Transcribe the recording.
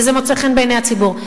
וזה מוצא חן בעיני הציבור.